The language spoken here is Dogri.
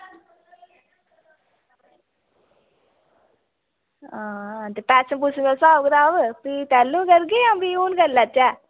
हां ते पैसे पूसे दा स्हाब कताब फ्ही तैल्लू करगे जां फ्ही हून करी लैचे